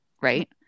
Right